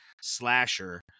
slasher